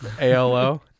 alo